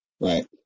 Right